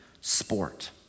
sport